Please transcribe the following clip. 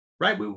right